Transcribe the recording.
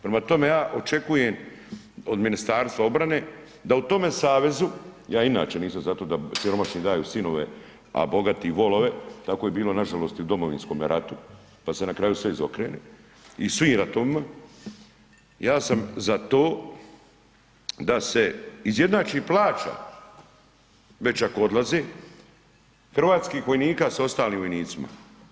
Prema tome ja očekujem od Ministarstva obrane da u tome savezu, ja inače nisam za to da siromašni daju sinove, a bogati volove, tako je bilo nažalost i u Domovinskom ratu, pa se na kraju sve izokrene i u svim ratovima, ja sam za to da se izjednači plaća već ako odlaze, hrvatskih vojnika s ostalim vojnicima.